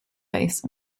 base